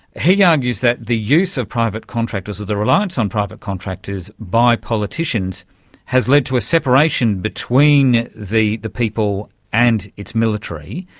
he argues that the use of private contractors or the reliance on private contractors by politicians has led to a separation between the the people and its military,